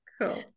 cool